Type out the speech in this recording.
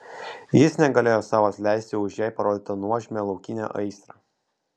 jis negalėjo sau atleisti už jai parodytą nuožmią laukinę aistrą